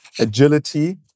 agility